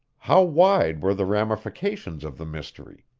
how wide were the ramifications of the mystery?